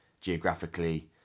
geographically